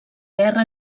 guerra